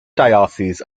diocese